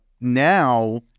now